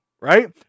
right